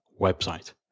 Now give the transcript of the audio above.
website